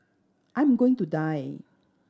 I'm going to die